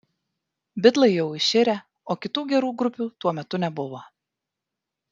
bitlai jau iširę o kitų gerų grupių tuo metu nebuvo